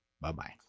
Bye-bye